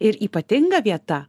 ir ypatinga vieta